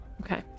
Okay